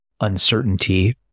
uncertainty